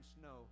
snow